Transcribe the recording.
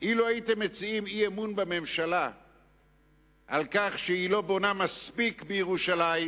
לו הצעתם אי-אמון בממשלה על כך שהיא לא בונה מספיק בירושלים,